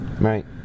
right